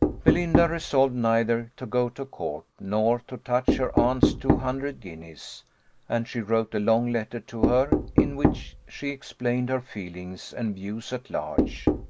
belinda resolved neither to go to court, nor to touch her aunt's two hundred guineas and she wrote a long letter to her, in which she explained her feelings and views at large.